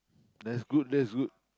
that's good that's good